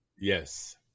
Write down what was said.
Yes